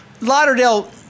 Lauderdale